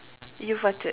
you farted